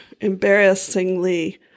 embarrassingly